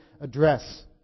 address